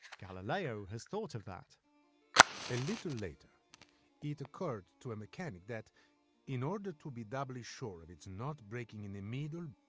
galileo has thought of that a little later it occurred to a mechanic that in order to be doubly sure it's not breaking in the middle,